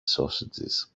sausages